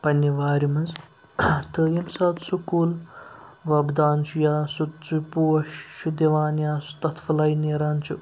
پَنٛنہِ وارِ منٛز تہٕ ییٚمہِ ساتہٕ سُہ کُل وۄبدان چھُ یا سُہ سُہ پوش چھُ دِوان یا سُہ تَتھ فُلے نیران چھُ